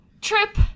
trip